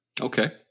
Okay